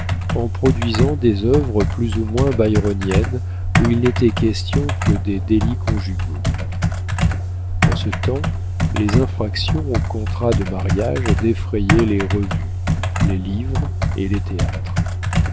en produisant des œuvres plus ou moins byroniennes où il n'était question que des délits conjugaux en ce temps les infractions aux contrats de mariage défrayaient les revues les livres et le théâtre